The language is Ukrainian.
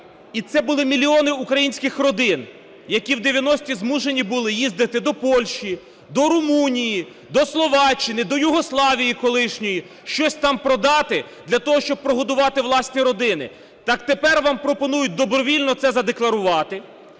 і це були мільйони українських родин, які в 90-і змушені були їздити до Польщі, до Румунії, до Словаччини, до Югославії колишньої, щось там продати для того, щоб прогодувати власні родини, так тепер вам пропонують добровільно це задекларувати.